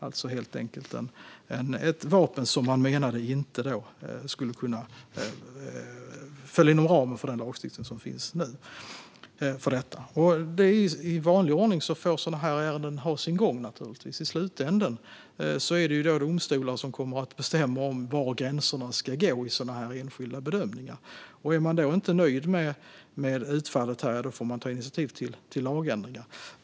Det var alltså ett vapen som man menade inte föll inom ramen för den lagstiftning som finns. I vanlig ordning får sådana här ärenden ha sin gång. I slutändan är det domstolar som kommer att bestämma var gränserna ska gå i enskilda bedömningar. Är man då inte nöjd med utfallet får man ta initiativ till lagändring.